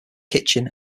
kitchen